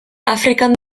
afrikan